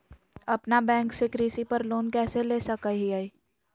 अपना बैंक से कृषि पर लोन कैसे ले सकअ हियई?